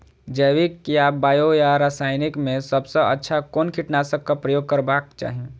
जैविक या बायो या रासायनिक में सबसँ अच्छा कोन कीटनाशक क प्रयोग करबाक चाही?